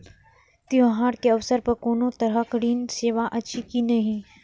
त्योहार के अवसर पर कोनो तरहक ऋण सेवा अछि कि नहिं?